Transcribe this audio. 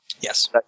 Yes